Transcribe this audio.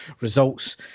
results